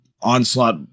onslaught